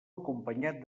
acompanyat